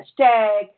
hashtag